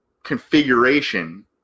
Configuration